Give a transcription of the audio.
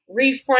reframe